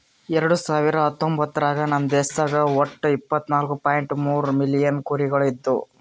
ಎರಡು ಸಾವಿರ ಹತ್ತೊಂಬತ್ತರಾಗ ನಮ್ ದೇಶದಾಗ್ ಒಟ್ಟ ಇಪ್ಪತ್ನಾಲು ಪಾಯಿಂಟ್ ಮೂರ್ ಮಿಲಿಯನ್ ಕುರಿಗೊಳ್ ಇದ್ದು